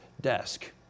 desk